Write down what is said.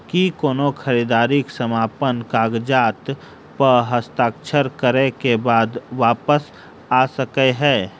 की कोनो खरीददारी समापन कागजात प हस्ताक्षर करे केँ बाद वापस आ सकै है?